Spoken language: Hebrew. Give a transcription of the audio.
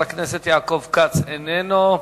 חבר הכנסת יעקב כץ, איננו,